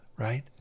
right